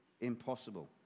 impossible